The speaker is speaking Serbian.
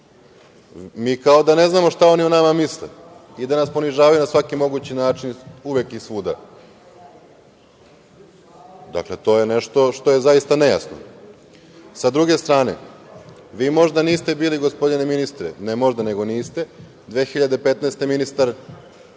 Mi kao da ne znamo šta oni o nama misle i da nas ponižavaju na svaki mogući način uvek i svuda. Dakle, to je nešto što je zaista nejasno. Sa druge strane, vi možda niste bili, gospodine ministre, ne možda, nego niste, 2015. godine